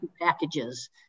packages